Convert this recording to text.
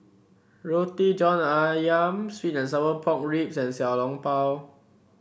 Roti John ayam sweet and Sour Pork Ribs and Xiao Long Bao